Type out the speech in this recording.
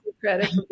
credit